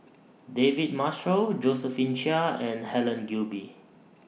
David Marshall Josephine Chia and Helen Gilbey